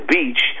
Beach